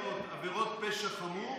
עבירות פשע חמור